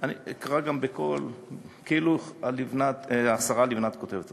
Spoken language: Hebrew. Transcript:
אני אקרא גם בקול כאילו השרה לבנת כותבת את זה.